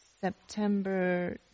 September